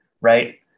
right